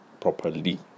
properly